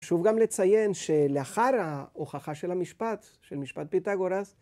חשוב גם לציין, שלאחר ההוכחה של המשפט, של משפט פיתגורס...